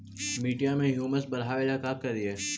मिट्टियां में ह्यूमस बढ़ाबेला का करिए?